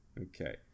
Okay